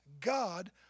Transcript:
God